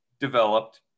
developed